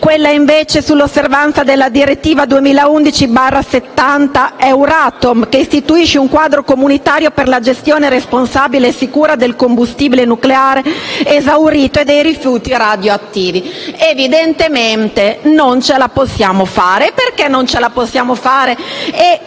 quella sull'osservanza della direttiva 2011/70/Euratom, che istituisce un quadro comunitario per la gestione responsabile e sicura del combustibile nucleare esaurito e dei rifiuti radioattivi. Evidentemente non ce la possiamo fare. Non ce la possiamo fare,